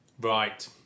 Right